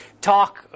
talk